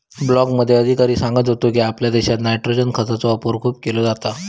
ब्लॉकमध्ये अधिकारी सांगत होतो की, आपल्या देशात नायट्रोजन खतांचो वापर खूप केलो जाता